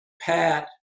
Pat